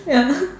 ya